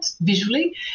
visually